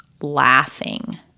laughing